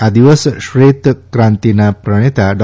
આ દિવસ શ્રેતક્રાંતિના પ્રણેતા ડો